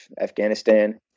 Afghanistan